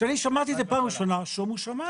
כשאני שמעתי את זה פעם ראשונה, שומו שמיים.